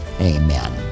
amen